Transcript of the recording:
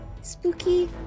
spooky